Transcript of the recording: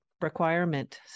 requirement